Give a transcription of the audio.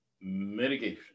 mitigation